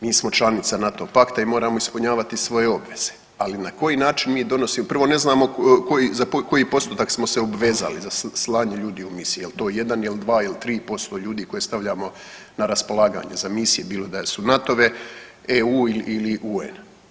Mi smo članica NATO pakta i moramo ispunjavati svoje obveze, ali na koji način mi donosimo, prvo ne znamo za koji postotak smo se obvezali za slanje ljudi u misije, jel to 1 ili 2 ili 3% ljudi koje stavljamo na raspolaganje za misije bilo da su NATO-ve, EU ili UN.